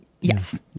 Yes